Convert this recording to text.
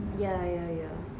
yeah yeah yeah